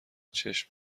چشم